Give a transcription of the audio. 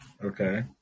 Okay